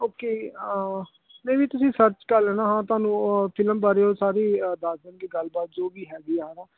okay may be ਤੁਸੀਂ search ਕਰ ਲੈਣਾ ਹਾਂ ਤੁਹਾਨੂੰ ਉਹ ਫ਼ਿਲਮ ਬਾਰੇ ਉਹ ਸਾਰੀ ਅ ਦੱਸ ਦੇਣਗੇ ਗੱਲ ਬਾਤ ਸਾਰੀ ਜੋ ਵੀ ਹੈਗੀ ਆ ਹੈ ਨਾ